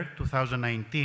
2019